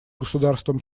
государствам